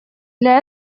для